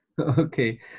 Okay